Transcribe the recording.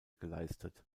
geleistet